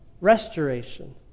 restoration